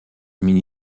mini